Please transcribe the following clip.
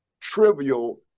trivial